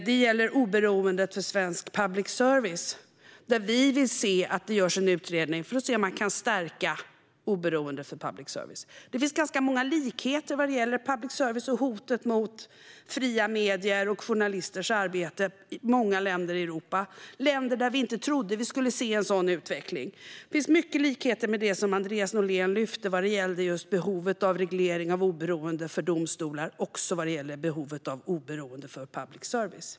Det gäller oberoendet för svensk public service där vi vill se att det görs en utredning för att se om man kan stärka oberoendet för public service. Det finns ganska många likheter vad gäller public service och hotet mot fria medier och journalisters arbete i många länder i Europa. Det är länder där vi inte trodde att vi skulle se en sådan utveckling. Det finns många likheter med det som Andreas Norlén lyfte fram om behovet av reglering av oberoende för domstolar. Det gäller också behovet av oberoende för public service.